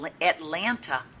Atlanta